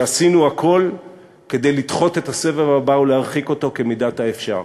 שעשינו הכול כדי לדחות את הסבב הבא ולהרחיק אותו כמידת האפשר.